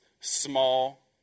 small